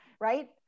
right